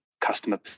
customer